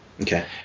Okay